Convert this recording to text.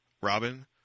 Robin